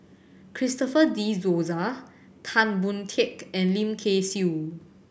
Christopher De Souza Tan Boon Teik and Lim Kay Siu